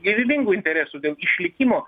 gyvybingų interesų dėl išlikimo